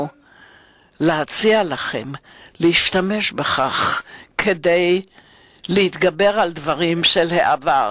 להציע לכם להשתמש בכך כדי להתגבר על דברים מן העבר.